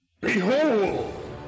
Behold